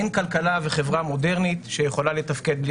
אין כלכלה וחברה מודרנית שיכולה לתפקד בלי